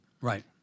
Right